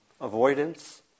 Avoidance